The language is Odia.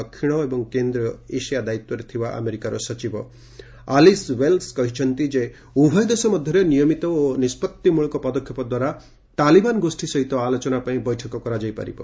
ଦକ୍ଷିଣ ଏବଂ କେନ୍ଦ୍ରୀୟ ଏସିଆ ଦାୟିତ୍ୱରେ ଥିବା ଆମେରିକାର ସଚିବ ଆଲିସ୍ ଓ୍ବେଲ୍ସ କହିଛନ୍ତି ଯେ ଉଭୟ ଦେଶ ମଧ୍ୟରେ ନିୟମିତ ଓ ନିଷ୍ପଭିମୂଳକ ପଦକ୍ଷେପ ଦ୍ୱାରା ତାଲିବାନ ଗୋଷ୍ଠୀ ସହିତ ଆଲୋଚନା ପାଇଁ ବୈଠକ କରାଯାଇ ପାରିବ